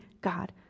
God